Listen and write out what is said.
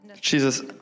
Jesus